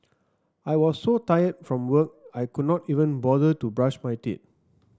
I was so tired from work I could not even bother to brush my teeth